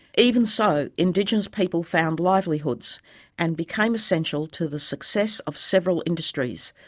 even so, indigenous people found livelihoods and became essential to the success of several industries,